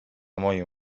moim